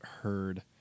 heard